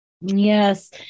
Yes